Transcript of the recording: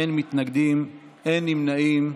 אין מתנגדים, אין נמנעים.